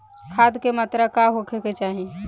खाध के मात्रा का होखे के चाही?